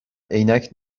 عینک